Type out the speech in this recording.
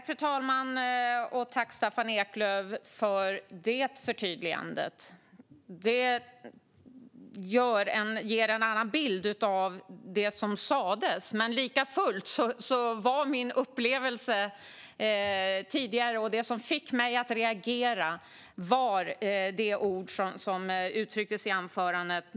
Fru talman! Tack, Staffan Eklöf, för förtydligandet! Förtydligandet ger en annan bild av det som sas, men likafullt berodde min upplevelse tidigare på, och det som fick mig att reagera, de ord som uttrycktes i anförandet.